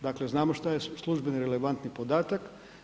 Dakle znamo što je službeni relevantni podatak.